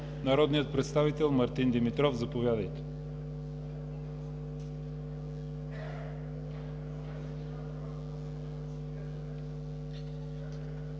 народният представител Мартин Димитров. Заповядайте.